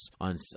on